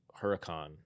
huracan